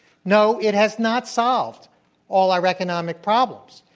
no, it has not solved all our economic problems.